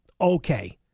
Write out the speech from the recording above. okay